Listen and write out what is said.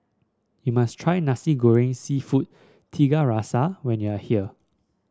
you must try Nasi Goreng seafood Tiga Rasa when you are here